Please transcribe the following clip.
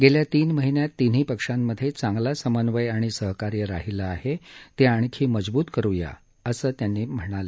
गेल्या तीन महिन्यात तिन्ही पक्षांमधे चांगला समन्वय आणि सहकार्य राहीला आहे ते आणखी मजबूत करूया असं ते म्हणाले